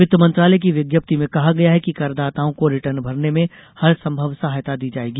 वित्त मंत्रालय की विज्ञप्ति में कहा गया है कि करदाताओं को रिटर्न भरने में हरसंभव सहायता दी जाएगी